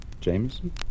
Jameson